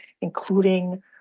including